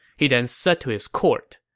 he then said to his court,